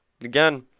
Again